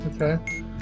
Okay